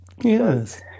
Yes